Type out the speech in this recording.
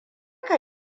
ka